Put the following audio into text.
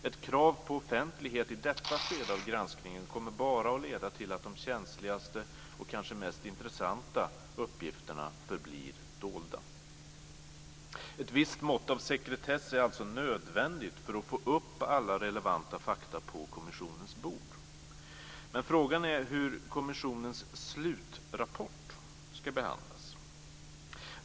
Ett krav på offentlighet i detta skede av granskningen kommer bara att leda till att de känsligaste och kanske mest intressanta uppgifterna förblir dolda. Ett visst mått av sekretess är alltså nödvändigt för att få upp alla relevanta fakta på kommissionens bord. Men frågan är hur kommissionens slutrapport ska behandlas.